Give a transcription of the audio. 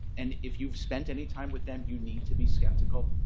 and if you've spent any time with them, you need to be skeptical.